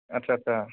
आटसा आटसा